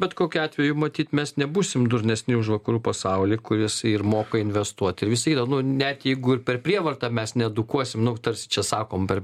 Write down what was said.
bet kokiu atveju matyt mes nebūsim durnesni už vakarų pasaulį kuris ir moka investuot ir visa kita nu net jeigu ir per prievartą mes needukuosim nu tarsi čia sakom per